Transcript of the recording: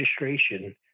registration